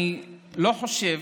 אני לא חושב